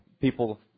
People